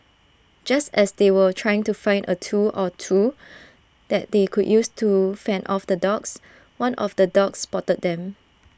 just as they were trying to find A tool or two that they could use to fend off the dogs one of the dogs spotted them